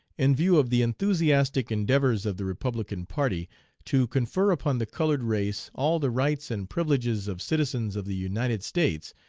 in view of the enthusiastic endeavors of the republican party to confer upon the colored race all the rights and privileges of citizens of the united states,